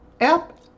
app